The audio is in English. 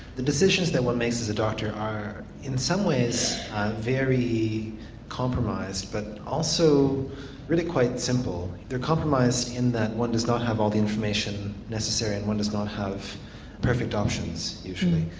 the decisions that one makes as a doctor are in some ways very compromised but also really quite simple they are compromised in that one does not have all the information necessary and one does not have perfect options usually.